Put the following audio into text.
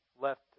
Left